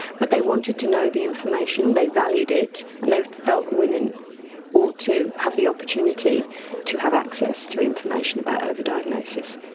but they wanted to know the information, they valued it, and they felt women ought to have the opportunity to have access to information about over-diagnosis.